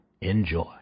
Enjoy